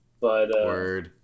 Word